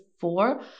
four